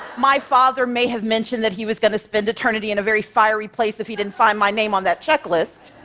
my father may have mentioned that he was going to spend eternity in a very fiery place if he didn't find my name on that checklist.